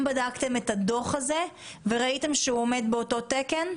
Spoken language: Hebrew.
בדקתם את הדוח הזה וראיתם שהוא עומד באותו תקן?